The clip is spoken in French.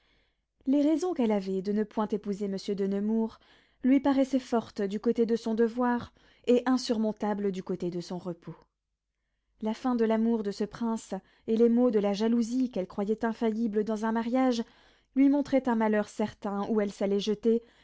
les raisons qu'elle avait de ne point épouser monsieur de nemours lui paraissaient fortes du côté de son devoir et insurmontables du côté de son repos la fin de l'amour de ce prince et les maux de la jalousie qu'elle croyait infaillibles dans un mariage lui montraient un malheur certain où elle s'allait jeter